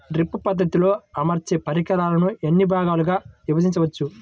Drip పద్ధతిలో అమర్చే పరికరాలను ఎన్ని భాగాలుగా విభజించవచ్చు?